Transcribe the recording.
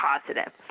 positive